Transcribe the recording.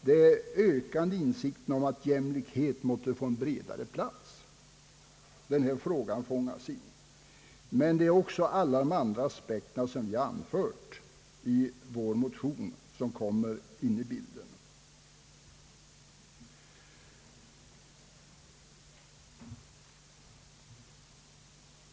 De ökande insikterna om att jämlikheten måste få en bredare plats i vårt samhälle har alltmer aktualiserat frågan om pensionsåldern. Men också alla de andra aspekterna som vi har anfört i vår motion kommer här in i bilden.